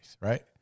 right